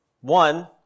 One